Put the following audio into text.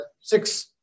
Six